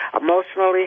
emotionally